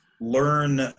learn